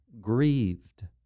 grieved